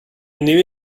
knew